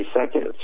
seconds